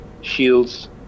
shields